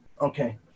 Okay